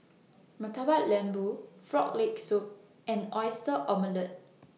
Murtabak Lembu Frog Leg Soup and Oyster Omelette